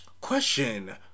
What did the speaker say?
Question